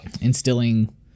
instilling